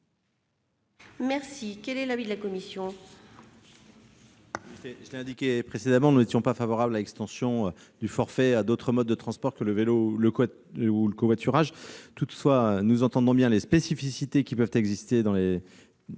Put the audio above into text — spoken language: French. actives. Quel est l'avis de la commission ?